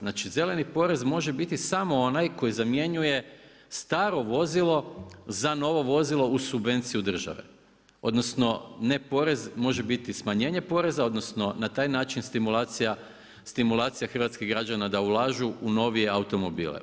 Znači, zeleni porez može biti samo onaj koji zamjenjuje staro vozilo za novo vozilo uz subvenciju države, odnosno ne porez, može biti smanjenje poreza, odnosno na taj način stimulacija hrvatskih građana da ulažu u novije automobile.